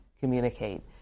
communicate